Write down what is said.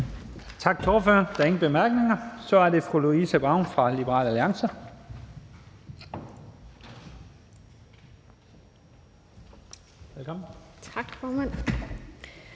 Tak til ordføreren. Der er ingen bemærkninger. Så er det fru Louise Brown fra Liberal Alliance. Kl. 15:13 (Ordfører)